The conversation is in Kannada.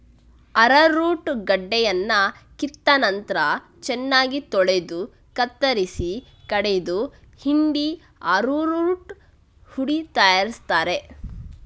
ಅರರೂಟ್ ಗಡ್ಡೆಯನ್ನ ಕಿತ್ತ ನಂತ್ರ ಚೆನ್ನಾಗಿ ತೊಳೆದು ಕತ್ತರಿಸಿ ಕಡೆದು ಹಿಂಡಿ ಅರರೂಟ್ ಹುಡಿ ತಯಾರಿಸ್ತಾರೆ